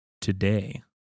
today